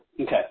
Okay